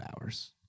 hours